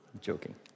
joking